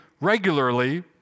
regularly